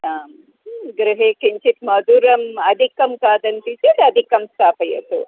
आं गृहे किञ्चित् मधुरम् अधिकं खादन्ति चेत् अधिकं स्थापयतु